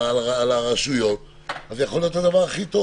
מה זה ארגון אחר?